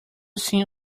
seen